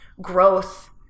growth